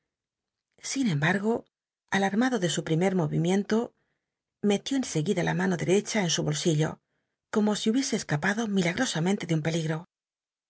sin embargo alarmado de su primer mo imicnto melió en seguida la mano derecha en su bolsillo como si hubiese escapado milagrosamentc de un peligro